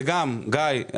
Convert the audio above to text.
גיא,